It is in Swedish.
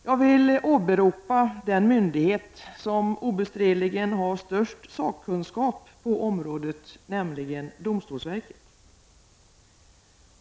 Jag vill åberopa den myndighet som obestridligen har störst sakkunskap på området, nämligen domstolsverket.